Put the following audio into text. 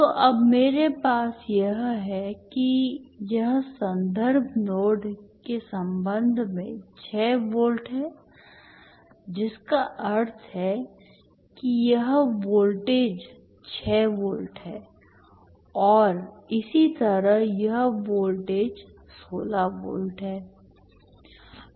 तो अब मेरे पास यह है कि यह संदर्भ नोड के संबंध में 6 वोल्ट है जिसका अर्थ है कि यह वोल्टेज 6 वोल्ट है और इसी तरह यह वोल्टेज 16 वोल्ट है